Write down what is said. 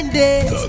days